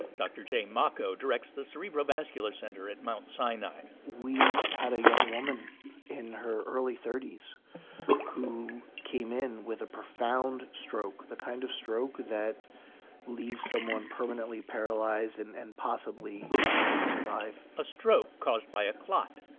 dr. j. mocco directs the cerebrovascular center at mount sinai we had a young woman in her early thirty s who came in with a profound stroke, the kind of stroke that leaves someone permanently paralyzed and and possibly unable to survive a stroke caused by a clot.